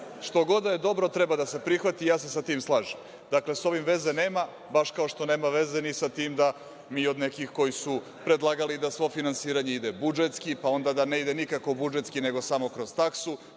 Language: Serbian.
Šta god da je dobro, treba da se prihvati i ja se sa tim slažem. Dakle, s ovim veze nema, baš kao što nema veze ni sa tim da mi od nekih koji su predlagali da svo finansiranje ide budžetski, pa onda da ne ide nikako budžetski, nego samo kroz taksu,